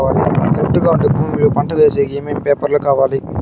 ఒట్టుగా ఉండే భూమి లో పంట వేసేకి ఏమేమి పేపర్లు కావాలి?